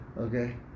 okay